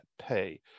pay